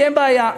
תהיה בעיה.